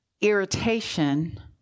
Irritation